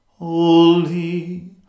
Holy